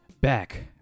back